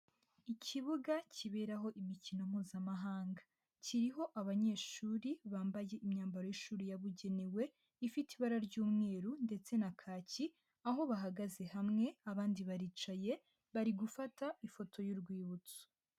Ikibuga kiberaho imikino Mpuzamahanga, kiriho abanyeshuri bambaye imyambaro y'ishuri yabugenewe, ifite ibara ry'umweru ndetse na kaki, aho bahagaze hamwe abandi baricaye bari gufata ifoto y'urwibutso.